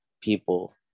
people